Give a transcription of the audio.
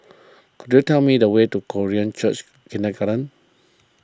could you tell me the way to Korean Church Kindergarten